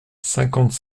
cinquante